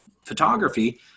photography